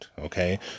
okay